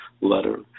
letter